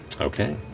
Okay